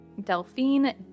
Delphine